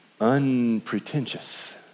Unpretentious